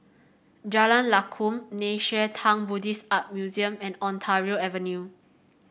Jalan Lakum Nei Xue Tang Buddhist Art Museum and Ontario Avenue